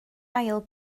ail